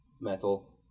Metal